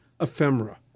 ephemera